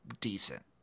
decent